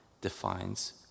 defines